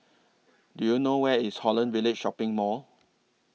Do YOU know Where IS Holland Village Shopping Mall